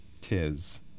Tis